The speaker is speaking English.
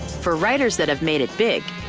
for writers that have made it big,